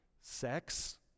sex